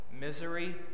misery